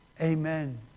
Amen